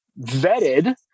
vetted